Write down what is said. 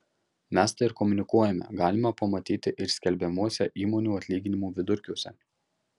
mes tai ir komunikuojame galima pamatyti ir skelbiamuose įmonių atlyginimų vidurkiuose